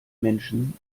menschen